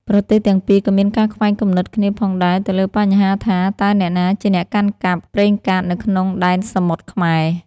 ប្រទេសទាំងពីរក៏មានការខ្វែងគំនិតគ្នាផងដែរទៅលើបញ្ហាថា តើអ្នកណាជាអ្នកកាន់កាប់ ប្រេងកាតនៅក្នុងដែនសមុទ្រខ្មែរ។